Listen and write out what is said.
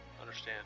understand